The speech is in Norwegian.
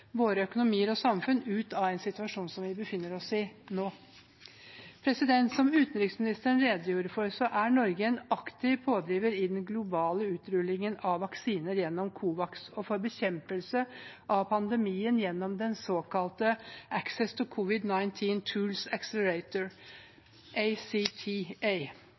våre økonomier og samfunn ut av den situasjonen vi befinner oss i nå. Som utenriksministeren redegjorde for, er Norge en aktiv pådriver i den globale utrullingen av vaksiner gjennom COVAX og for bekjempelse av pandemien gjennom den såkalte